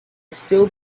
still